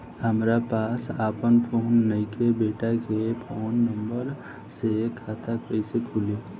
हमरा पास आपन फोन नईखे बेटा के फोन नंबर से खाता कइसे खुली?